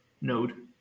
node